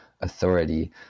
authority